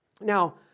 Now